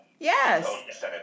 Yes